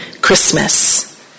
Christmas